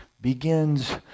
begins